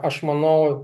aš manau